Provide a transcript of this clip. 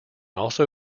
also